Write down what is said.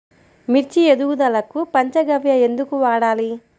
మిర్చి ఎదుగుదలకు పంచ గవ్య ఎందుకు వాడాలి?